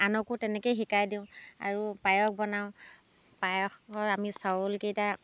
আনকো তেনেকেই শিকাই দিওঁ আৰু পায়স বনাওঁ পায়সৰ আমি চাউলকেইটা